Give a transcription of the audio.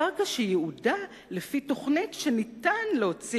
קרקע שייעודה לפי תוכנית שניתן להוציא